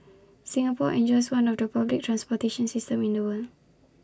Singapore enjoys one of the public transportation systems in the world